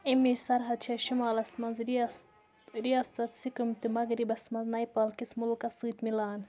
امیٕچ سرحد چھِ شُمالَس منٛز رِیاست رِیاست سکم تہٕ مغربَس منٛز نیپال کِس مُلکَس سۭتۍ مِلان